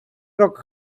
rok